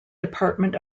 department